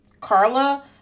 Carla